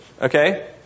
okay